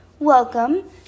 welcome